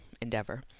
endeavor